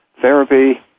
therapy